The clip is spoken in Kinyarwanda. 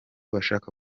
bashaka